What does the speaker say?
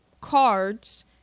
cards